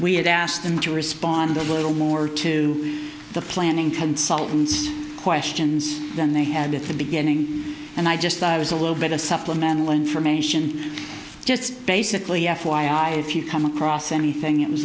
had asked them to respond a little more to the planning consultants questions than they had at the beginning and i just i was a little bit of supplemental information just basically f y i if you come across anything it was